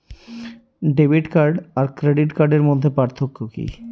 Debit card আর credit কার্ডের মধ্যে পার্থক্য কি?